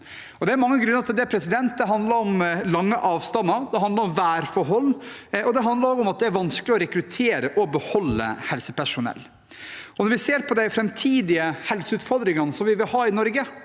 Det er mange grunner til det. Det handler om lange avstander, det handler om værforhold, og det handler om at det er vanskelig å rekruttere og beholde helsepersonell. Hvis vi ser på de framtidige helseutfordringene vi vil ha i Norge,